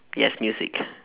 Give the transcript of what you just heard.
yes music